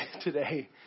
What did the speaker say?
today